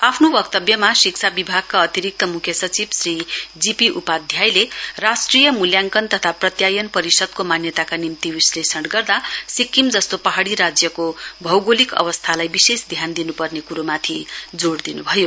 आफ्नो वक्तव्यमा शिक्षा विभागका अतिरिक्त मुख्य सचिव श्री जी पी उपाध्यायले राष्ट्रिय मूल्याङ्कन तथा प्रत्यायन परिषदको मान्यताका निम्ति विश्वेषण गर्दा सिक्किम जस्ता पहाडी राज्यको भौगोलिक अवस्थालाई विशेष ध्यान दिनुपर्ने कुरोमाथि जोड़ दिनुभयो